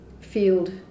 field